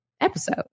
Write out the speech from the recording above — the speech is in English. episode